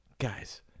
Guys